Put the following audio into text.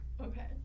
Okay